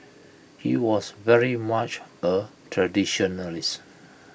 he was very much A traditionalist